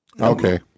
Okay